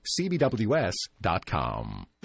CBWS.com